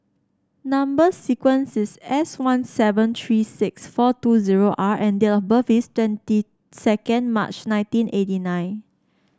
number sequence is S one seven three six four two zero R and date of birth is twenty second March nineteen eighty nine